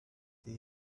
stay